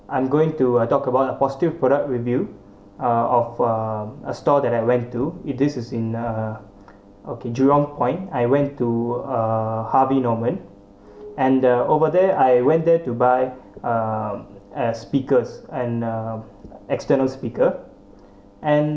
I'm going to uh talk about a positive product review uh of a a store that I went to it is in uh okay jurong point I went to uh Harvey Norman and the over there I went there to buy uh a speakers and uh external speaker and